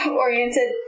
oriented